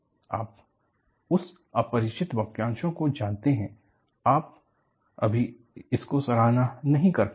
आप उन अपरिचित वाक्यांशों को जानते हैं आप अभी इसकी सराहना नहीं कर पाएंगे